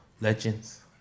legends